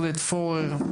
עודד פורר,